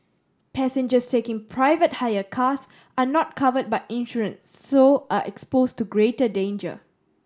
passengers taking private hire cars are not covered by insurance so are expose to greater danger